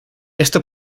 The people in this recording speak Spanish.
esto